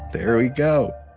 there we go.